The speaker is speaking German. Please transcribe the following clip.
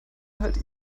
halt